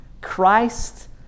christ